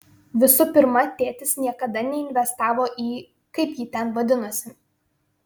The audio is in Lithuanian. visų pirma tėtis niekada neinvestavo į kaip ji ten vadinosi